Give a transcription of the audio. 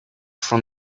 from